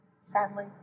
sadly